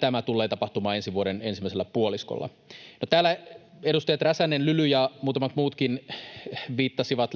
Tämä tullee tapahtumaan ensi vuoden ensimmäisellä puoliskolla. No täällä edustajat Räsänen, Lyly ja muutamat muutkin, Lehtinen, viittasivat